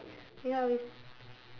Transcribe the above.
and like ya with